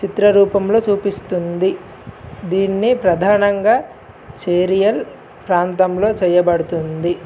చిత్రరూపంలో చూపిస్తుంది దీన్ని ప్రధానంగా చేరియల్ ప్రాంతంలో చేయబడుతుంది